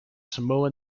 samoa